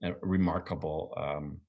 Remarkable